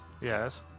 Yes